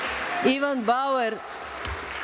Ivan Bauer.